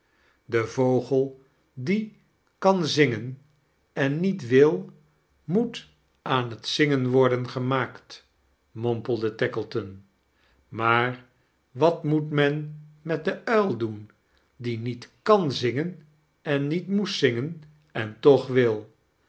de vogel diie kan zingen en niet wil moet aan het ainn worden gemaakt mompelde taokleton maax wat moet men met den nil doen die niet kan zingen en niet bftoest zingen en toch wil